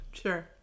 Sure